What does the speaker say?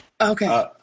Okay